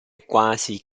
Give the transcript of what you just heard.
quasi